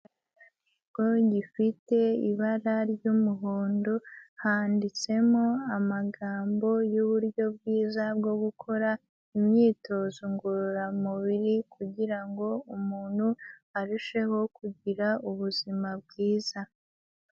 Inyubako ifite ibara ry'umuhondo, handitsemo amagambo y'uburyo bwiza bwo gukora imyitozo ngororamubiri, kugira ngo umuntu arusheho kugira ubuzima bwiza.